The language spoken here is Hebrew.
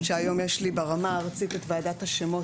שהיום יש ברמה הארצית את ועדת השמות